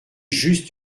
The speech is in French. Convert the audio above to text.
juste